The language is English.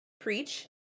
preach